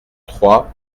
trois